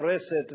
הורסת,